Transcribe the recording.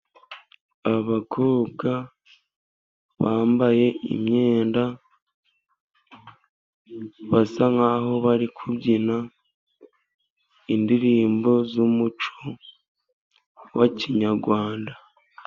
Abakobwa bambaye imyenda, basa nkaho bari kubyina indirimbo z'umuco wa kinyarwanda.